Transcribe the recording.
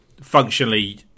functionally